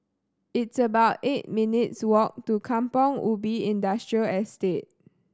it's about eight minutes' walk to Kampong Ubi Industrial Estate